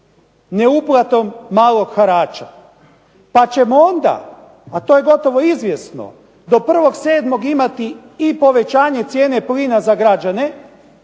ne uplatom malog harača. Pa ćemo onda a to je gotovo izvjesno do 1. 7. imati i povećanje cijene plina za građane